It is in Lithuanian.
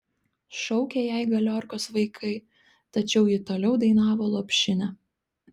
šaukė jai galiorkos vaikai tačiau ji toliau dainavo lopšinę